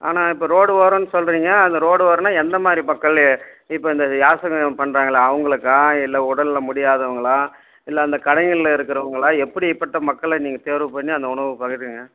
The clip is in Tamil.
ஆனால் இப்போ ரோடு ஓரம்னு சொல்கிறிங்க அந்த ரோடு ஓரம்னா எந்த மாதிரி மக்கள் இப்போ இந்த யாசகம் பண்ணுறாங்களே அவங்களுக்கா இல்லை உடல்நிலை முடியாதவங்களா இல்லை அந்த கடைகள்ல இருக்கிறவங்களா எப்படிப்பட்ட மக்களை நீங்கள் தேர்வு பண்ணி அந்த உணவை பகிர்றீங்க